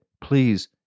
Please